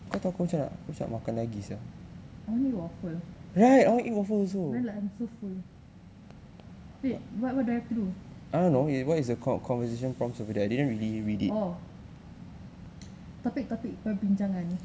I only eat waffle but then I'm so full babe what what do I have to do oh topik topik perbincangan